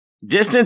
distance